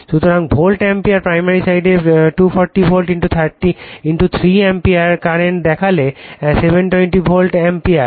সুতরাং volt ampere primary সাইডে 240 volt 3 ampere current দেখলে 720 ভোল্ট অ্যাম্পিয়ার